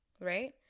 right